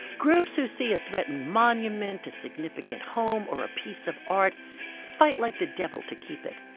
groups who see a threatened monument, a significant home or a piece of art fight like the devil to keep it.